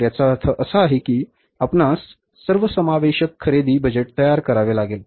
तर याचा अर्थ असा आहे की आपणास सर्वसमावेशक खरेदी बजेट तयार करावे लागेल